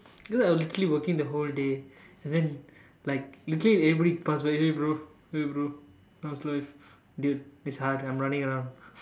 dude I was exactly working the whole day and then like literally everybody past by hey bro hey bro how's life dude it's hard I'm running around